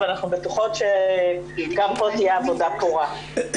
אבל אנחנו בטוחות שגם פה תהיה עבודה פורה.